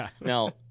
now